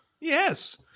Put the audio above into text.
yes